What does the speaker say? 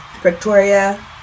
Victoria